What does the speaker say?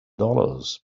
dollars